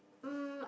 um